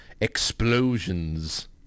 explosions